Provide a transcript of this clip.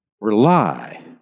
Rely